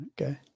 Okay